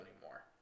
anymore